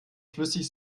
flüssig